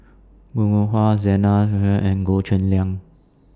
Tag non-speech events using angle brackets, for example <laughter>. Bong Hiong Hwa Zena <unintelligible> and Goh Cheng Liang